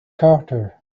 carter